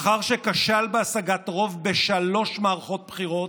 לאחר שכשל בהשגת רוב בשלוש מערכות בחירות,